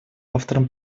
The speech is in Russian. автором